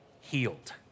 healed